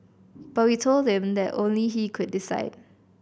but we told him that only he could decide